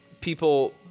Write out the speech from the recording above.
people